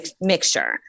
mixture